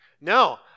No